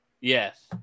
Yes